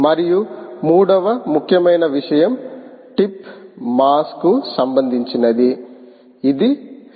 మరియు మూడవ ముఖ్యమైన విషయం టిప్ మాస్ కు సంబంధించినది ఇది C